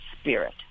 spirit